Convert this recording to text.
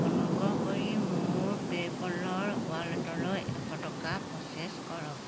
অনুগ্ৰহ কৰি মোৰ পে'পলৰ ৱালেটলৈ এশ টকা প্ৰ'চেছ কৰক